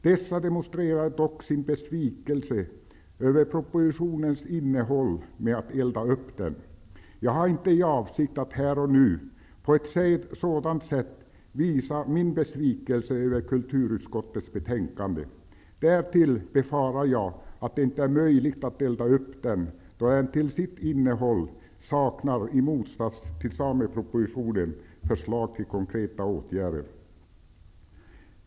Dessa demonstrerade dock sin besvikelse över propositionens innehåll med att elda upp den. Jag har inte för avsikt att här och nu på ett sådant sätt visa min besvikelse över kulturutskottets betänkande. Därtill befarar jag att det inte är möjligt att elda upp det, då det till sitt innehåll, i motsats till samepropositionen, saknar förslag till konkreta åtgärder.